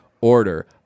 order